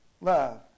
love